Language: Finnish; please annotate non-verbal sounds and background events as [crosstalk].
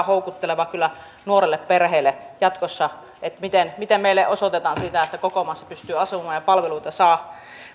[unintelligible] houkuttelevaa kyllä nuorelle perheelle jatkossa miten miten meille osoitetaan sitä että koko maassa pystyy asumaan ja palveluita saa